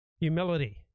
humility